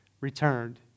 returned